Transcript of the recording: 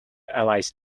alice